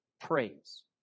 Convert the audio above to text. praise